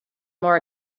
more